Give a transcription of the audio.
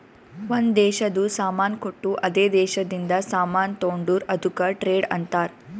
ಒಂದ್ ದೇಶದು ಸಾಮಾನ್ ಕೊಟ್ಟು ಅದೇ ದೇಶದಿಂದ ಸಾಮಾನ್ ತೊಂಡುರ್ ಅದುಕ್ಕ ಟ್ರೇಡ್ ಅಂತಾರ್